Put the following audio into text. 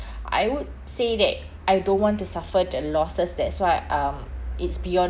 I would say that I don't want to suffer the losses that's why um it's beyond